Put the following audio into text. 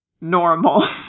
normal